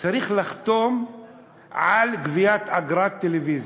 צריך לחתום על גביית אגרת טלוויזיה.